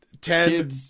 ten